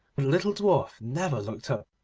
the little dwarf never looked up,